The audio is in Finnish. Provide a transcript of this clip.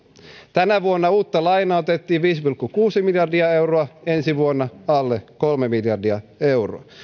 tänä vuonna uutta lainaa otettiin viisi pilkku kuusi miljardia euroa ensi vuonna alle kolme miljardia euroa